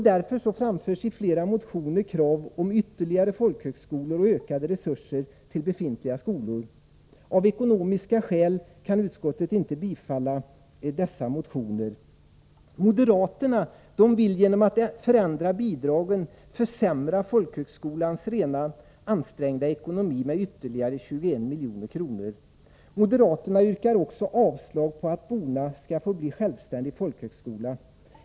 Därför framförs i flera motioner krav på ytterligare folkhögskolor och ökade resurser till befintliga skolor. Av ekonomiska skäl kan utskottet inte tillstyrka dessa motioner. Moderaterna vill genom att förändra bidragen försämra folkhögskolans redan ansträngda ekonomi med ytterligare 21 milj.kr. Moderaterna yrkar också avslag på förslaget att Bona skall få bli självständig folkhögskola.